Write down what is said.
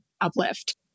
uplift